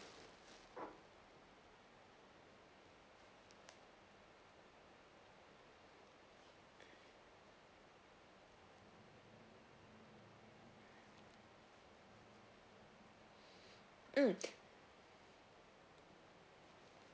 mm